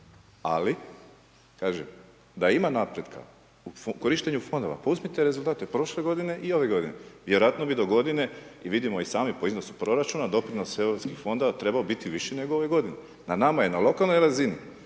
ali kažem, da ima napretka u korištenju Fondova, pa uzmite rezultate prošle godine i ove godine. Vjerojatno bi do godine, i vidimo sami po iznosu proračuna, doprinos Europskih fondova bi trebao biti viši nego ove godine. Na nama je na lokalnoj razini